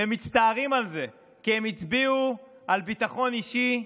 ומצטערים על זה, כי הם הצביעו על ביטחון אישי,